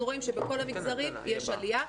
אנחנו רואים שבכל המגזרים יש עלייה,